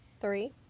three